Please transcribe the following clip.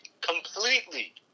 completely